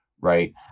Right